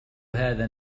هذا